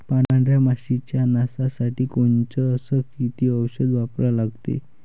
पांढऱ्या माशी च्या नाशा साठी कोनचं अस किती औषध वापरा लागते?